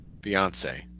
Beyonce